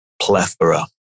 plethora